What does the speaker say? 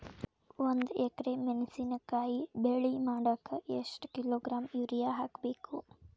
ಒಂದ್ ಎಕರೆ ಮೆಣಸಿನಕಾಯಿ ಬೆಳಿ ಮಾಡಾಕ ಎಷ್ಟ ಕಿಲೋಗ್ರಾಂ ಯೂರಿಯಾ ಹಾಕ್ಬೇಕು?